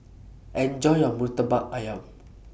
Enjoy your Murtabak Ayam